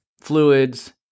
Fluids